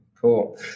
Cool